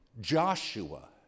Joshua